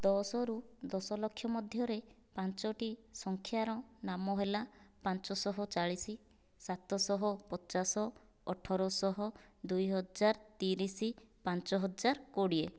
ଦଶରୁ ଦଶ ଲକ୍ଷ ମଧ୍ୟରେ ପାଞ୍ଚଟି ସଂଖ୍ୟାର ନାମ ହେଲା ପାଞ୍ଚ ଶହ ଚାଳିଶ ସାତଶହ ପଚାଶ ଅଠର ଶହ ଦୁଇହଜାର ତିରିଶ ପାଞ୍ଚ ହଜାର କୋଡ଼ିଏ